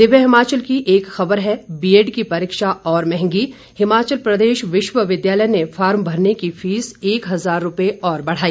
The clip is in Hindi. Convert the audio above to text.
दिव्य हिमाचल की एक खबर है बीएड की परीक्षा और महंगी हिमाचल प्रदेश विश्वविद्यालय ने फार्म भरने की फीस एक हज़ार रूपए और बढ़ाई